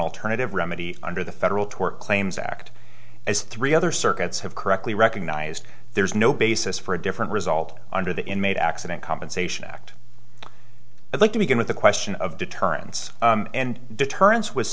alternative remedy under the federal tort claims act as three other circuits have correctly recognized there is no basis for a different result under the inmate accident compensation act i'd like to begin with the question of deterrence and deterrence w